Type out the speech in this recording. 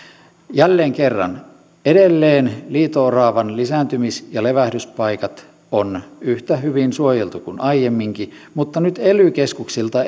jälleen kerran edelleen liito oravan lisääntymis ja levähdyspaikat on yhtä hyvin suojeltu kuin aiemminkin mutta nyt ely keskuksilta